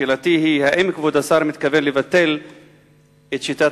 שאלתי היא: האם כבוד השר מתכוון לבטל את שיטת